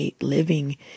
Living